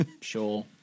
Sure